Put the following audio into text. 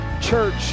church